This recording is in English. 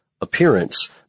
appearance